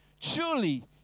Truly